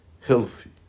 healthy